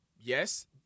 Yes